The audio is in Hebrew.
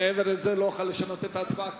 ומעבר לזה לא אוכל לשנות את ההצבעה.